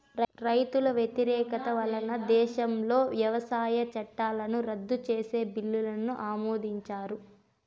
రైతుల వ్యతిరేకత వలన దేశంలో వ్యవసాయ చట్టాలను రద్దు చేసే బిల్లును ఆమోదించారు